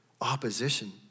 opposition